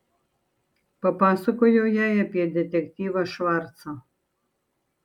papasakojau jai apie detektyvą švarcą